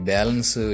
Balance